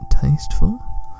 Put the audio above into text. tasteful